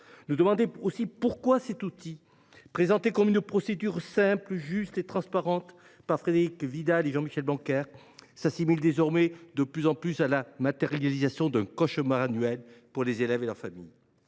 nous demander pourquoi cet outil, présenté comme « une procédure simple, juste et transparente » par Frédérique Vidal et Jean Michel Blanquer, s’assimile désormais de plus en plus à la matérialisation d’un cauchemar annuel pour les élèves et leurs familles.